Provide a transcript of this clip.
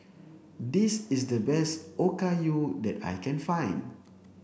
this is the best Okayu that I can find